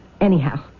anyhow